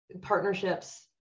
partnerships